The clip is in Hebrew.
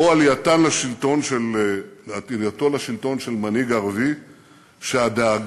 או עלייתו לשלטון של מנהיג ערבי שהדאגה